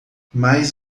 mais